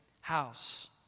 house